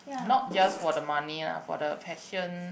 not just for the money ah for the passion